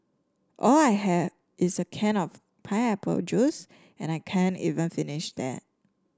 all I had is a can of pineapple juice and I can't even finish that